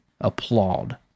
applaud